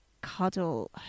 cuddle